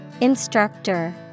Instructor